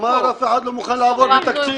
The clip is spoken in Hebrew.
תמר, אף אחד לא מוכן לעבוד בלי תקציב.